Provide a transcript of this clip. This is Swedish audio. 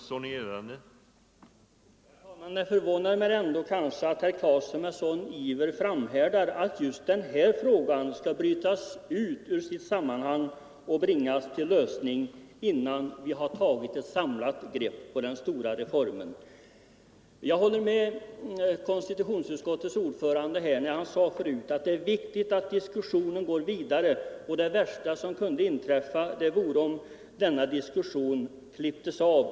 Herr talman! Det förvånar mig att herr Claeson framhärdar i att just denna fråga skall brytas ut ur sitt sammanhang och bringas till en lösning innan vi har tagit ett samlat grepp på den stora reformen. Jag håller med konstitutionsutskottets ordförande, som tidigare sade att det är viktigt att diskussionen går vidare och att det värsta som kunde inträffa vore att den diskussionen klipptes av.